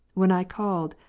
when i called,